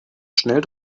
schnell